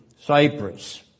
Cyprus